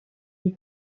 est